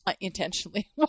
intentionally